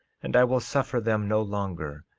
and i will suffer them no longer,